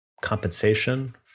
compensation